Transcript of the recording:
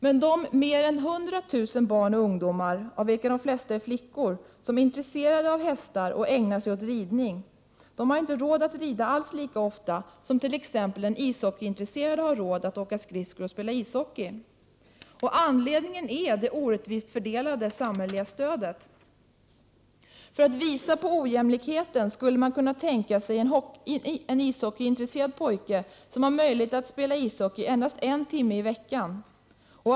Men de mer än 100 00 barn och ungdomar, de allra flesta flickor, som är intresserade av hästar och ägnar sig åt ridning har inte råd att rida alls lika ofta som t.ex. den ishockeyintresserade har råd att åka skridskor och spela ishockey. Anledningen är det orättvist fördelade samhälleliga stödet. För att visa på ojämlikheten skulle man kunna tänka sig en ishockeyintresserad pojke som har möjlighet att spela ishockey endast en timme i veckan.